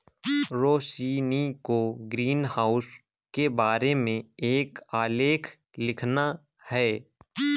रोशिनी को ग्रीनहाउस के बारे में एक आलेख लिखना है